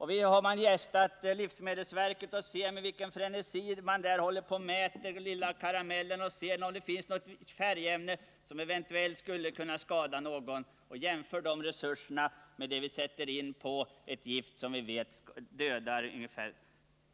När man gästar livsmedelsverket kan man se med vilken frenesi man där undersöker någon liten karamell för att se om den innehåller något färgämne som eventuellt skulle kunna skada någon. Om man jämför de resurser som satsas på sådant med dem vi satsar när det gäller ett gift som vi vet dödar